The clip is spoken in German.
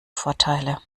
vorteile